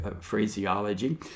phraseology